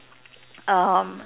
um